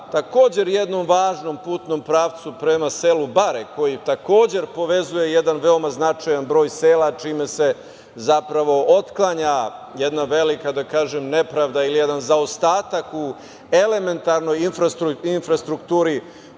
takođe jednom važnom putnom pravcu prema selu Bare koji takođe povezuje jedan veoma značajan broj sela čime se zapravo otklanja jedna velika nepravda ili jedan zaostatak u elementarnoj infrastrukturi